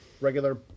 regular